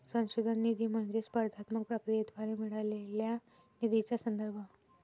संशोधन निधी म्हणजे स्पर्धात्मक प्रक्रियेद्वारे मिळालेल्या निधीचा संदर्भ